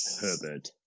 Herbert